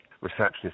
receptionist